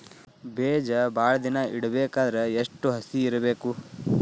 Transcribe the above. ಬೇಜ ಭಾಳ ದಿನ ಇಡಬೇಕಾದರ ಎಷ್ಟು ಹಸಿ ಇರಬೇಕು?